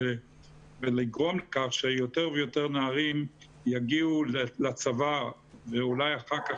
ולגרום לכך שיותר ויותר נערים יגיעו לצבא ואולי אחר כך,